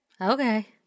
okay